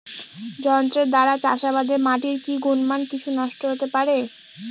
যন্ত্রের দ্বারা চাষাবাদে মাটির কি গুণমান কিছু নষ্ট হতে পারে?